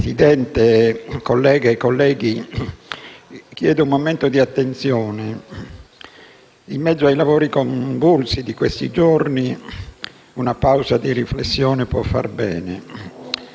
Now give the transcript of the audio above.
Presidente, colleghe e colleghi, chiedo un momento di attenzione. In mezzo ai lavori convulsi di questi giorni una pausa di riflessione può fare bene.